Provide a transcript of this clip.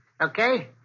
Okay